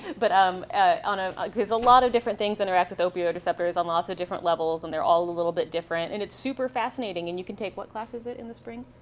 but um ah ah ah because a lot of different things interact with opioid receptors on lots of different levels, and they're all a little bit different, and it's super fascinating, and you can take what class is it in the spring?